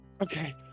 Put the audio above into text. Okay